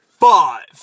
Five